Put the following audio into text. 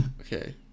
Okay